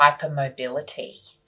hypermobility